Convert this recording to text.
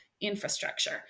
infrastructure